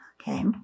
Okay